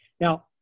Now